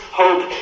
hope